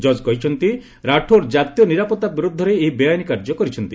ଜଜ୍ କହିଛନ୍ତି ରାଠୋର୍ ଜାତୀୟ ନିରାପତ୍ତା ବିରୋଧରେ ଏହି ବେଆଇନ କାର୍ଯ୍ୟ କରିଛନ୍ତି